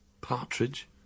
Partridge